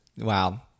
wow